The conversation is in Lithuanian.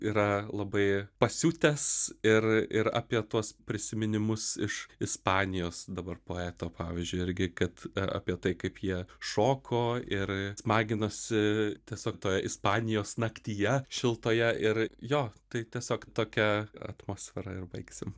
yra labai pasiutęs ir ir apie tuos prisiminimus iš ispanijos dabar poeto pavyzdžiui irgi kad apie tai kaip jie šoko ir smaginosi tiesiog toj ispanijos naktyje šiltoje ir jo tai tiesiog tokia atmosfera ir baigsim